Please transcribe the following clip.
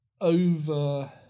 over